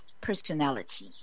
personality